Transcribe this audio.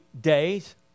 days